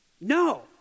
no